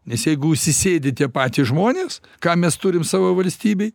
nes jeigu užsisėdi tie patys žmonės ką mes turim savo valstybėj